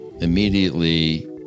immediately